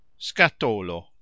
Scatolo